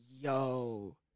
yo